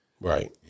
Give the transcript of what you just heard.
Right